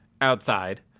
outside